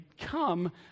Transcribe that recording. come